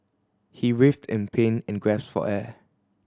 he writhed in pain and for air